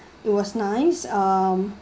it was nice um